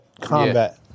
Combat